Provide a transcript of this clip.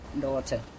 Daughter